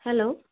hello